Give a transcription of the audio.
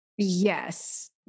Yes